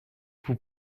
vous